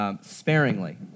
sparingly